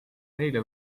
neile